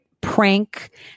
prank